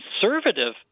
conservative